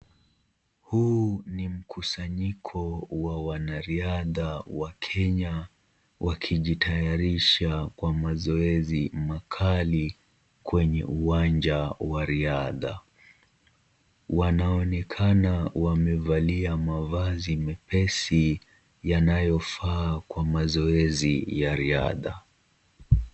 Huu ni mkusanyiko wa wanariadha wa Kenya, wakijitayarisha kwa mazoezi makali, kwenye uwanja wa riadha. Wanaonekana wamevalia mavazi mepesi, yanayofaa kwa mazoezi ya riadha.